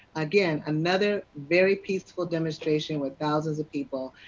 again, another very peaceful demonstration with thousands of people,